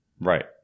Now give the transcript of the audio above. right